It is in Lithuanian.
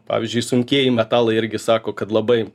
pavyzdžiui sunkieji metalai irgi sako kad labai